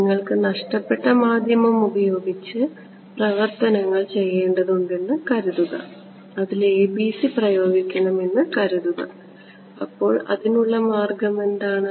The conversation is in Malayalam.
നിങ്ങൾക്ക് നഷ്ടപ്പെട്ട മാധ്യമം ഉപയോഗിച്ച് പ്രവർത്തനങ്ങൾ ചെയ്യേണ്ടതുണ്ടെന്ന് കരുതുക അതിൽ ABC പ്രയോഗിക്കണം എന്ന് കരുതുക അപ്പോൾ അതിനുള്ള മാർഗ്ഗം എന്താണ്